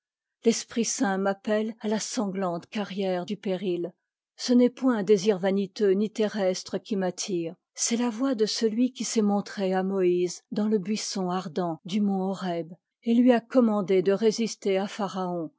l'esprit saint m'appelle à la sanglante carrière du péril ce n'est point un désir vaniteux ni terrestre qui m'attire c'est la voix de celui qui s'est mon trë à moïse dans le buisson ardent du mont horeb et lui a commandé de résister à